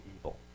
evil